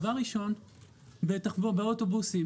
באוטובוסים